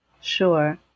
Sure